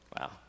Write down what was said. Wow